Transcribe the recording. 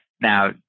Now